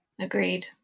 Agreed